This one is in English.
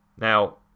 Now